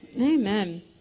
Amen